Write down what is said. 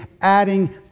adding